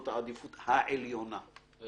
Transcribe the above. בחינם --- או